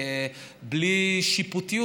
בלי שיפוטיות,